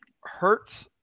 hurt